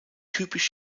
typisch